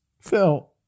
Phil